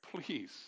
Please